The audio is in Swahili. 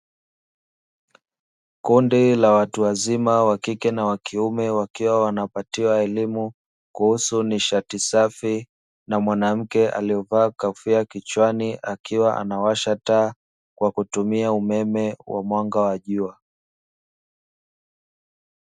Kundi la watu wazima wakike na wa kiume wakiwa wanapatiwa elimu kuhusu nishati safi, na mwanamke aliyevaa kofia kichwani akiwa anawasha taa kwa kutumia umeme wa mwanga wa jua.